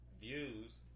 Views